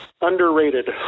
underrated